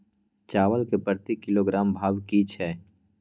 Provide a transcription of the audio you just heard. चावल के प्रति किलोग्राम भाव की छै?